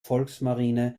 volksmarine